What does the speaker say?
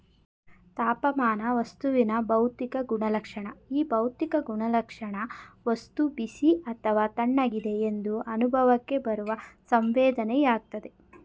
ತಾಪಮಾನ ವಸ್ತುವಿನ ಭೌತಿಕ ಗುಣಲಕ್ಷಣ ಈ ಭೌತಿಕ ಗುಣಲಕ್ಷಣ ವಸ್ತು ಬಿಸಿ ಅಥವಾ ತಣ್ಣಗಿದೆ ಎಂದು ಅನುಭವಕ್ಕೆ ಬರುವ ಸಂವೇದನೆಯಾಗಯ್ತೆ